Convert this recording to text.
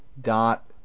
dot